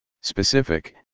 Specific